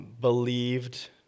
believed